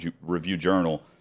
Review-Journal